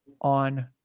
on